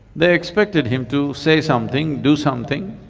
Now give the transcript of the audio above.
they expected him to say something, do something